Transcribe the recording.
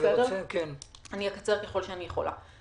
אני אקצר ככל שאני יכולה.